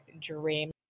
dream